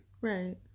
Right